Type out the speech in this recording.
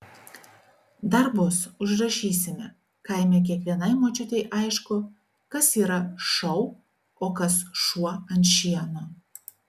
dar bus užrašysime kaime kiekvienai močiutei aišku kas yra šou o kas šuo ant šieno